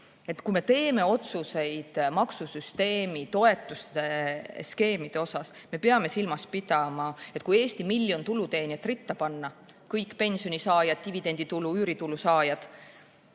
Kui me teeme otsuseid maksusüsteemi toetusskeemide kohta, siis me peame silmas pidama, et kui Eesti miljon tuluteenijat ritta panna, ka kõik pensionisaajad, dividenditulu ja üüritulu saajad,